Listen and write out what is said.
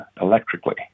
electrically